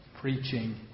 preaching